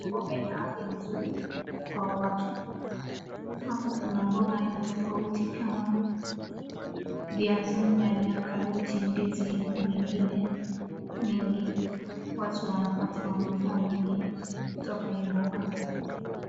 Mboga ina afya nzuri kwa watu. Hapa kuna mboga aina tofauti kama viazi, nyanya, karoti, ndizi na mengine mengi. Watu wanapata manufaa mengi kutoka hii mboga.